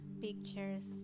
pictures